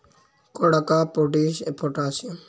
కొడుకా పొటాసియం ఎరువెస్తే దానికి మీ యమ్మిని రమ్మను